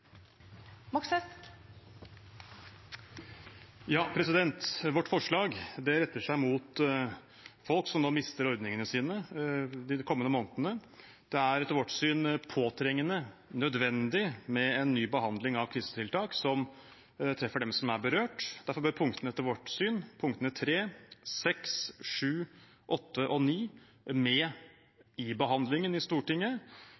Moxnes har bedt om ordet. Vårt forslag retter seg mot folk som nå mister ordningene sine de kommende månedene. Det er etter vårt syn påtrengende nødvendig med en ny behandling av krisetiltak som treffer dem som er berørt. Derfor bør punktene 3, 6, 7, 8 og 9 etter vårt syn med i behandlingen i Stortinget,